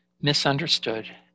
misunderstood